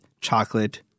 chocolate